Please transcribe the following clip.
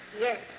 Yes